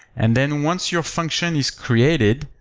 and then once your function is created,